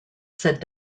said